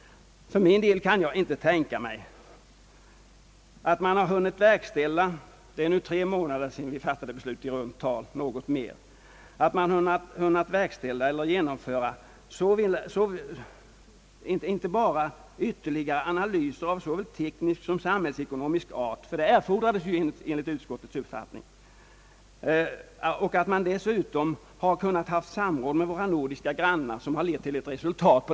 För min del kan jag inte tänka mig att man på så kort tid som drygt tre månader efter det vi fattade beslutet har hunnit verkställa inte bara ytterligare analyser av såväl teknisk som samhällsekonomisk art — ty det erfordras enligt utskottets uppfattning — utan dessutom har kunnat samråda med våra nordiska grannar, så att det har lett till ett resultat.